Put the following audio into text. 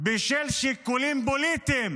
בשל שיקולים פוליטיים